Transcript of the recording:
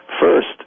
First